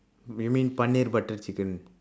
you mean butter chicken